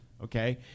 okay